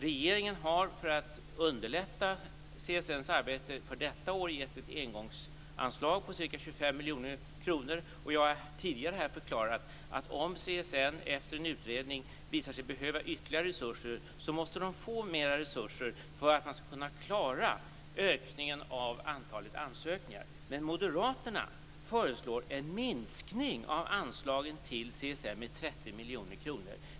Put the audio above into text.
Regeringen har för att underlätta CSN:s arbete för detta år gett ett engångsanslag på ca 25 miljoner kronor, och jag har tidigare förklarat att om CSN efter en utredning visar sig behöva ytterligare resurser måste man få det för att man skall kunna klara ökningen av antalet ansökningar. Men moderaterna föreslår en minskning av anslagen till CSN med 30 miljoner kronor.